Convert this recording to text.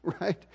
right